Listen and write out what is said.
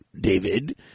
David